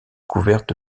couverte